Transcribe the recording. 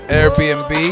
Airbnb